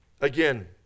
Again